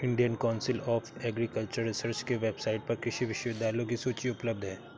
Indian council of agricultural research के website पर कृषि विश्वविद्यालयों की सूची उपलब्ध है